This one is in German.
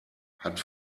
hat